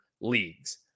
leagues